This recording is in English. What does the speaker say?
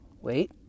Wait